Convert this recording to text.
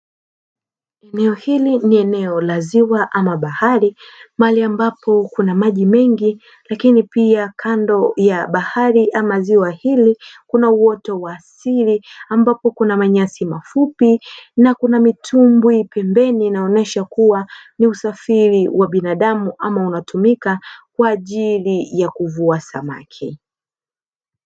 Eneo hili ni eneo la ziwa ama bahari, mahali ambapo kuna maji mengi, lakini pia kando ya bahari ama ziwa hili kuna uoto wa asili, ambapo kuna manyasi mafupi na kuna mitumbwi pembeni inaonyesha kuwa ni usafiri wa binadamu ama unatumika kwa ajili ya kuvua samaki.